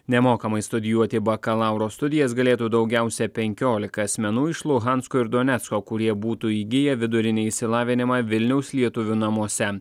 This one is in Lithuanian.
nemokamai studijuoti bakalauro studijas galėtų daugiausia penkiolika asmenų iš luhansko ir donecko kurie būtų įgiję vidurinį išsilavinimą vilniaus lietuvių namuose